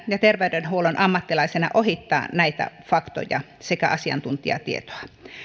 ja terveydenhuollon ammattilaisena ohittaa näitä faktoja sekä asiantuntijatietoa